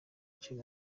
charly